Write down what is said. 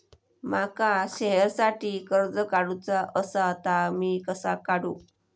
माका शेअरसाठी कर्ज काढूचा असा ता मी कसा काढू?